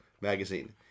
magazine